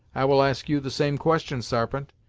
i will ask you the same question, sarpent,